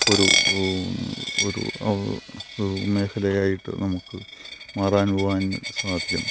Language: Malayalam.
ഒരു ഒരു മേഖലയായിട്ട് നമുക്ക് മാറുവാൻ സാധിക്കും